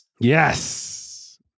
Yes